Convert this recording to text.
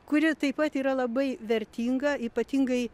kuri taip pat yra labai vertinga ypatingai